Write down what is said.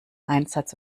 einsatz